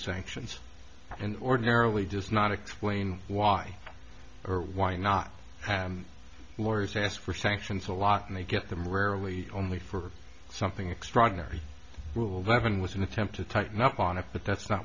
sanctions and ordinarily does not explain why or why not have lawyers ask for sanctions a lot and they get them rarely only for something extraordinary rule eleven was an attempt to tighten up on it but that's not